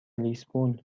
لیسبون